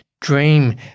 dream